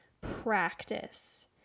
practice